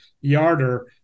yarder